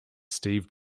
steve